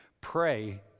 Pray